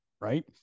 right